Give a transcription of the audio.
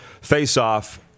face-off